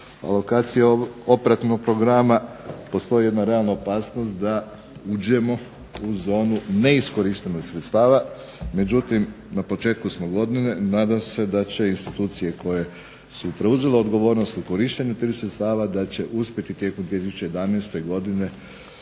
lokacije operativnog programa, postoji jedna realna opasnost da uđemo u zonu neiskorištenosti sredstava. Međutim, na početku smo godine, nadam se da će institucije koje su preuzele odgovornost u korištenju tih sredstava da će uspjeti tijekom 2011. godine